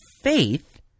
Faith